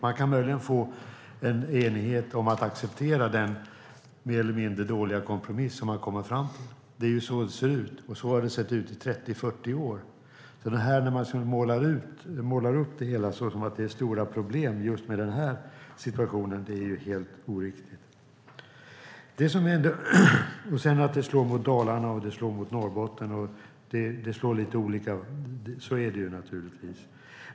Man kan möjligen få en enighet om att acceptera den mer eller mindre dåliga kompromiss som man kommer fram till. Så ser det ut, och så har det sett ut i 30-40 år. Att man målar upp att det är stora problem med just denna situation är helt oriktigt. Men att det slår mot Dalarna och Norrbotten och att det slår olika, ja, så är det naturligtvis.